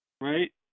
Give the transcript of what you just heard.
right